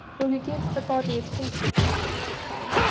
will you give a body a taste of your beer? said tom.